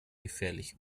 gefährlich